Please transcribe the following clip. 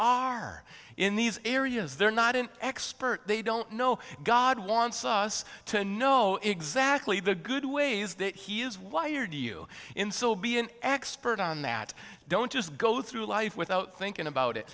are in these areas they're not an expert they don't know god wants us to know exactly the good ways that he is wired to you instill be an expert on that don't just go through life without thinking about it